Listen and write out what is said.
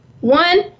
One